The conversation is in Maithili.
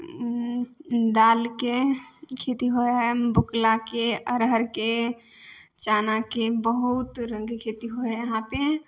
दालके खेती होइ हइ बोकलाके अड़हरके चनाके बहुत रङ्गके खेती होइ हइ यहाँ पे